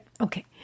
okay